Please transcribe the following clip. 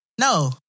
no